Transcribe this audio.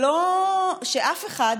שאף אחד,